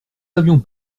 savions